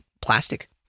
plastic